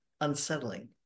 unsettling